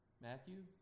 Matthew